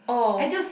oh